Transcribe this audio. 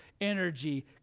energy